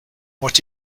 what